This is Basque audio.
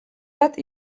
bat